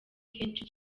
kenshi